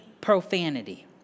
profanity